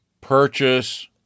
purchase